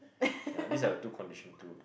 yea these are the two condition to